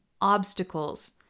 obstacles